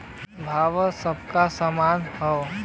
भावो सबके सामने हौ